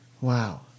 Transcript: Wow